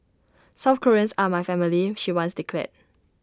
South Koreans are my family she once declared